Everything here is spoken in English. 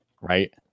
Right